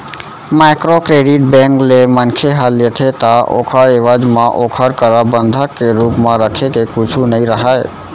micro credit bank ले मनखे ह लेथे ता ओखर एवज म ओखर करा बंधक के रुप म रखे के कुछु नइ राहय